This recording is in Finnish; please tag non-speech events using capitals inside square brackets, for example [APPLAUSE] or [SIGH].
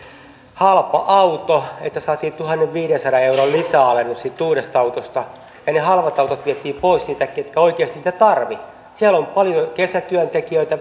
halpa auto että saatiin tuhannenviidensadan euron lisäalennus siitä uudesta autosta ja ne halvat autot vietiin pois niiltä jotka oikeasti niitä tarvitsivat siellä on paljon kesätyöntekijöitä [UNINTELLIGIBLE]